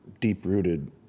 deep-rooted